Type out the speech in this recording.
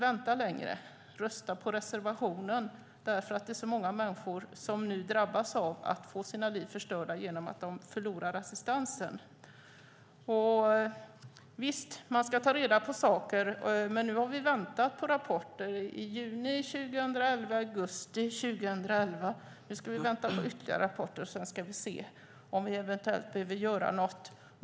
Vi kan inte vänta längre, därför att det är så många människor som nu drabbas och får sina liv förstörda genom att de förlorar assistansen. Visst, man ska ta reda på saker. Men vi har väntat på rapporter som kom i juni 2011 och i augusti 2011. Nu ska vi vänta på ytterligare rapporter, och sedan ska vi se om vi eventuellt behöver göra något.